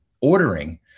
ordering